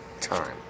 time